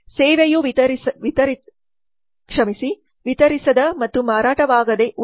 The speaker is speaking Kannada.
ಸೇವೆಯು ವಿತರಿಸದ ಮತ್ತು ಮಾರಾಟವಾಗದೆ ಉಳಿದಿದೆ